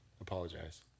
Apologize